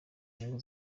inyungu